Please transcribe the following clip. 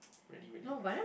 ready ready